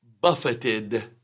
buffeted